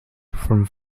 from